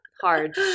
hard